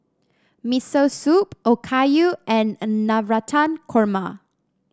Miso Soup Okayu and an Navratan Korma